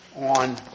on